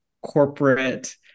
corporate